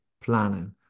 planning